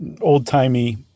old-timey